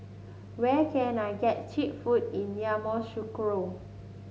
where can I get cheap food in Yamoussoukro